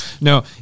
no